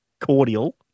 cordial